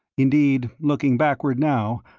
indeed, looking backward now,